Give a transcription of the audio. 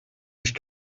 nicht